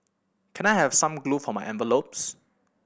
can I have some glue for my envelopes